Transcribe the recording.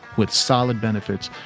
with solid benefits,